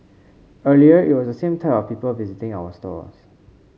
earlier it was the same type of people visiting our stores